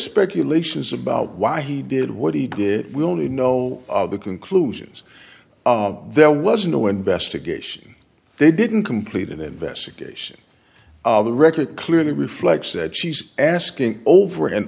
speculations about why he did what he did will only know the conclusions there was no investigation they didn't complete an investigation of the record clearly reflects that she's asking over and